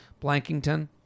Blankington